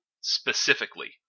specifically